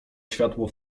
światło